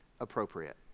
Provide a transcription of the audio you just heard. appropriate